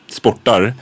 sportar